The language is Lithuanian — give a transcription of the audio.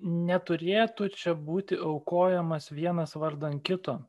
neturėtų čia būti aukojamas vienas vardan kito